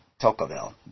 Tocqueville